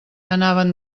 anaven